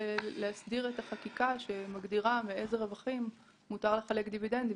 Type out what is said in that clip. להסדיר את החקיקה שמגדירה מאיזה רווחים מותר לחלק דיבידנדים.